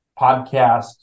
podcast